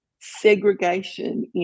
segregation